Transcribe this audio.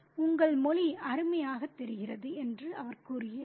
உங்கள் மொழி அருமையாக தெரிகிறது என்று அவர் கூறுகிறார்